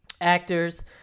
actors